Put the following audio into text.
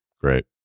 Great